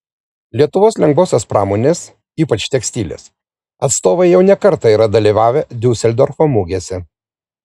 lietuvos lengvosios pramonės ypač tekstilės atstovai jau ne kartą yra dalyvavę diuseldorfo mugėse